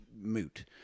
moot